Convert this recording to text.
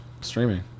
streaming